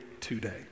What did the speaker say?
today